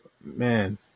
man